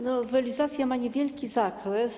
Nowelizacja ma niewielki zakres.